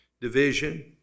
division